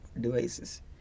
devices